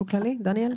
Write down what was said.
סעיף.